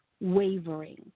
wavering